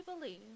believe